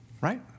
Right